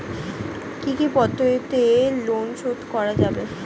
কি কি পদ্ধতিতে লোন শোধ করা যাবে?